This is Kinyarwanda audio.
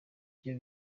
byo